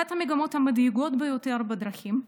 אחת המגמות המדאיגות ביותר בדרכים,